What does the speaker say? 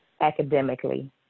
academically